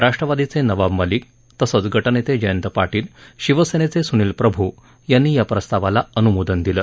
राष्ट्रवादीचे नवाब मलिक तसंच गटनेते जयंत पाटील शिवसेनेचे सूनिल प्रभू यांनी या प्रस्तावाला अनुमोदन दिलं